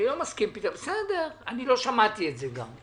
אני לא שמעתי את זה גם.